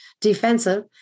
defensive